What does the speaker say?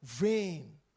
rain